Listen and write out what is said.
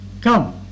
come